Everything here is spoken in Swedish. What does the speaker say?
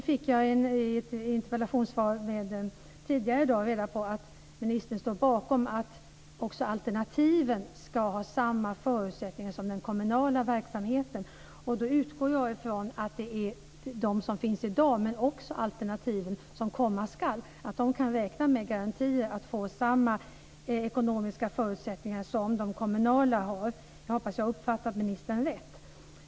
Nu fick jag i ett interpellationssvar tidigare i dag reda på att ministern står bakom att också alternativen ska ha samma förutsättningar som den kommunala verksamheten. Då utgår jag från att de alternativ som finns i dag, men också de som komma ska, kan räkna med garantier om att få samma ekonomiska förutsättningar som de kommunala har. Jag hoppas att jag har uppfattat ministern rätt.